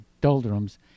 doldrums